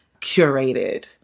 curated